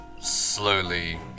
slowly